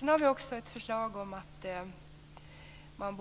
Vi har också ett förslag om att man